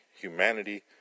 humanity